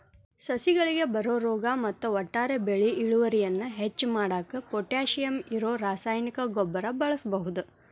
ಸಸಿಗಳಿಗೆ ಬರೋ ರೋಗ ಮತ್ತ ಒಟ್ಟಾರೆ ಬೆಳಿ ಇಳುವರಿಯನ್ನ ಹೆಚ್ಚ್ ಮಾಡಾಕ ಪೊಟ್ಯಾಶಿಯಂ ಇರೋ ರಾಸಾಯನಿಕ ಗೊಬ್ಬರ ಬಳಸ್ಬಹುದು